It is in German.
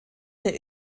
der